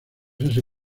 este